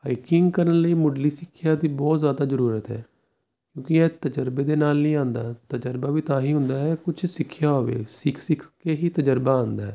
hiking ਕਰਨ ਲਈ ਮੁਢਲੀ ਸਿੱਖਿਆ ਦੀ ਬਹੁਤ ਜ਼ਿਆਦਾ ਜ਼ਰੂਰਤ ਹੈ ਕਿਉਂਕੀ ਇਹ ਤਜਰਬੇ ਦੇ ਨਾਲ ਨਹੀਂ ਆਉਂਦਾ ਤਜਰਬਾ ਵੀ ਤਾਂ ਹੀ ਹੁੰਦਾ ਹੈ ਕੁੱਛ ਸਿੱਖਿਆ ਹੋਵੇ ਸਿੱਖ ਸਿੱਖ ਕੇ ਹੀ ਤਜਰਬਾ ਆਉਂਦਾ